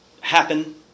happen